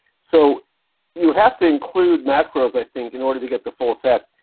so you would have to include macros, i think, in order to get the full effect.